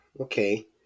Okay